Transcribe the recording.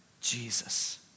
Jesus